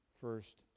first